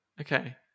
Okay